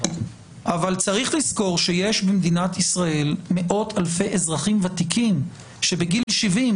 אבל צריך לזכור שיש במדינת ישראל מאות אלפי אזרחים ותיקים שבגיל 70,